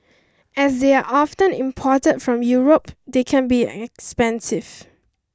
as they are often imported from Europe they can be expensive